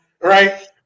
right